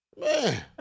Man